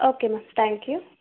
okay ma'am thank you